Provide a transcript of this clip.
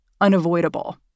Unavoidable